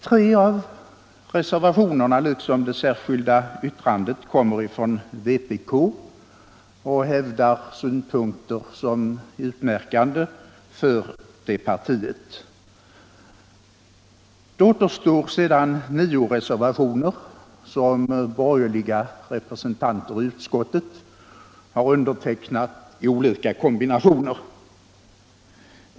Tre av reservationerna liksom det särskilda yttrandet kommer från vpk och hävdar synpunkter som är utmärkande för det partiet. Det återstår sedan nio reservationer som borgerliga representanter i utskottet har undertecknat i olika kombinationer.